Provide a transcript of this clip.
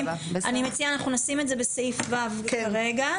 אני מציעה שאנחנו נשים את זה בסעיף (ו) כרגע.